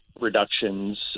reductions